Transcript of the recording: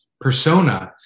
persona